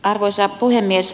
arvoisa puhemies